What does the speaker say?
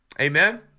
Amen